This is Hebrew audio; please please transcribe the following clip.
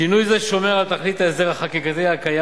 שינוי זה שומר על תכלית ההסדר החקיקתי הקיים,